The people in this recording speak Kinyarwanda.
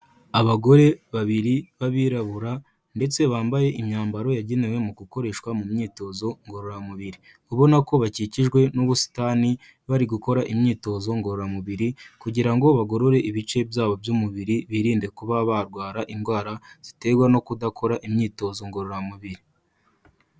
Abagore babiri b'abirabura, ndetse bambaye imyambaro yagenewe mu gukoreshwa mu myitozo ngororamubiri. Ubona ko bakikijwe n'ubusitani bari gukora imyitozo ngororamubiri kugira ngo bagorore ibice byabo by'umubiri birinde kuba barwara indwara ziterwa no kudakora imyitozo ngororamubiri.